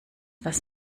was